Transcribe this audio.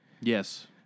Yes